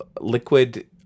liquid